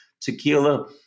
tequila